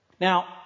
Now